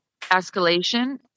escalation